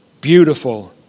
beautiful